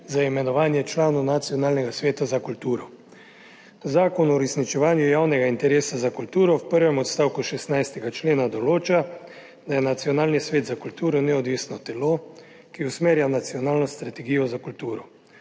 za imenovanje članov Nacionalnega sveta za kulturo. Zakon o uresničevanju javnega interesa za kulturo v prvem odstavku 16. člena določa, da je Nacionalni svet za kulturo neodvisno telo, ki usmerja nacionalno strategijo za kulturo.